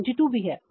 72 भी है